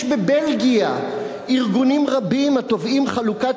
יש בבלגיה ארגונים רבים התובעים את חלוקת